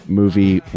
movie